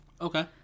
Okay